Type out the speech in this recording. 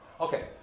Okay